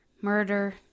murder